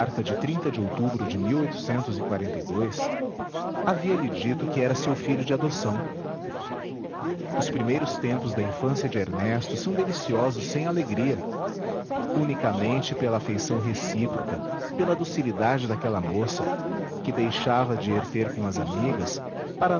carta de de outubro de e a do as havia lhe dito que era seu filho de adoção os primeiros tempos da infância de ernesto são deliciosos sem alegria unicamente pela afeição recíproca pela docilidade daquela moça que deixava de ir ter com as amigas para